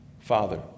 Father